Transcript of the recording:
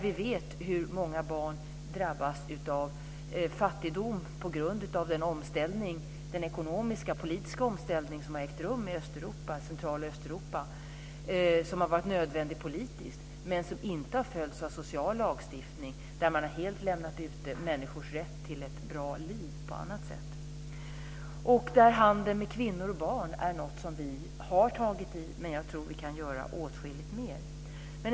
Vi vet att många barn där drabbas av fattigdom på grund av den ekonomiska och politiska omställning som ägt rum i Centraloch Östeuropa och som har varit nödvändig politiskt men som inte har följts av en social lagstiftning. Man har helt lämnat ute människors rätt till ett bra liv på annat sätt. Handeln med kvinnor och barn där är någonting som vi har tagit itu med, men jag tror att vi kan göra åtskilligt mer.